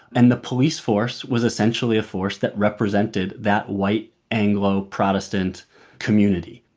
and the police force was essentially a force that represented that white, anglo, protestant community.